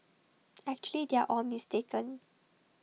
actually they are all mistaken